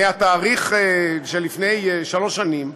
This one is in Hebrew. מהתאריך של לפני שלוש שנים,